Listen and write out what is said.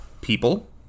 people